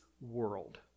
world